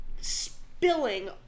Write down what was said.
spilling